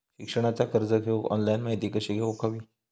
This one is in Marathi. शिक्षणाचा कर्ज घेऊक ऑनलाइन माहिती कशी घेऊक हवी?